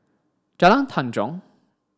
Jalan Tanjong